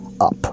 up